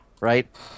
right